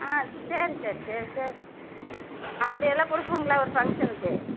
ஆ சரி சரி சரி சரி அப்படியெல்லாம் கொடுப்போங்களா ஒரு ஃபங்ஷனுக்கு